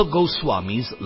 Goswami's